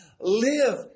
live